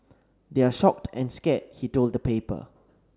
they're shocked and scared he told the paper